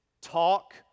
talk